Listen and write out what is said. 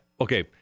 Okay